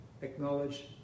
acknowledge